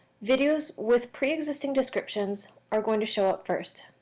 videos with pre-existing descriptions are going to show up first.